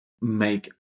make